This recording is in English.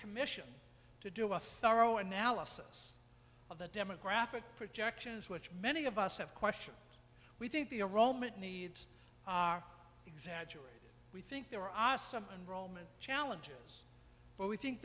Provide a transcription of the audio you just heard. commission to do a thorough analysis of the demographic projections which many of us have question we think the aroma it needs are exaggerated we think there are some and roman challengers but we think